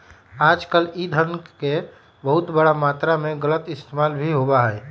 आजकल ई धन के बहुत बड़ा मात्रा में गलत इस्तेमाल भी होबा हई